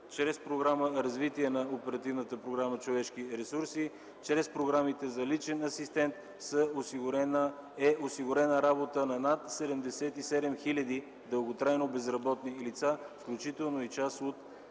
програма „Развитие на човешки ресурси”, чрез програмите за личен асистент е осигурена работа на над 77 хил. дълготрайно безработни лица, включително и част от